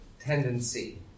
tendency